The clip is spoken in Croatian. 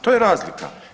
To je razlika.